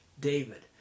David